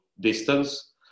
distance